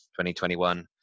2021